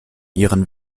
ihren